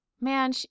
Man